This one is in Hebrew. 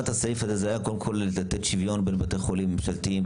הסעיף הזה הייתה קודם כול לתת שוויון בין בתי חולים ממשלתיים,